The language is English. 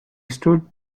stood